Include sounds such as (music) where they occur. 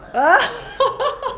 (laughs)